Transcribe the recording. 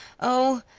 oh,